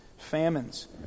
famines